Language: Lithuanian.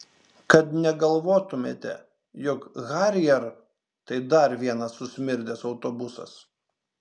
kad negalvotumėte jog harrier tai dar vienas susmirdęs autobusas